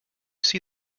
see